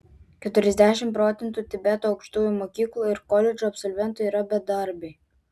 keturiasdešimt procentų tibeto aukštųjų mokyklų ir koledžų absolventų yra bedarbiai